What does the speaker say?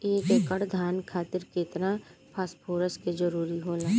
एक एकड़ धान खातीर केतना फास्फोरस के जरूरी होला?